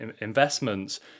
investments